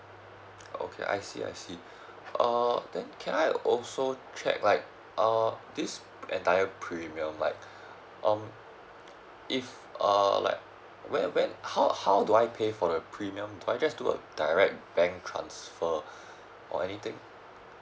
okay I see I see uh then can I also check like uh this entire premium like um if err like where where how how do I pay for the premium do I just do a direct bank transfer or anything